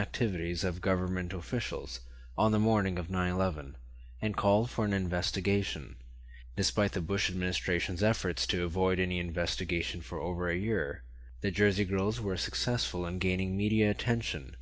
activities of government officials on the morning of nine eleven and calls for an investigation despite the bush administration's efforts to avoid any investigation for over a year the jersey girls were successful in gaining media attention